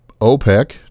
OPEC